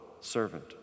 servant